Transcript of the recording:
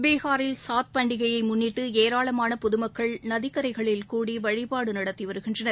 பீஹாரில் சாத் பண்டிகையை முன்னிட்டு ஏராளமான பொது மக்கள் நதிக்கரைகளில் கூடி வழிபாடு நடத்தி வருகின்றனர்